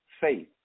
faith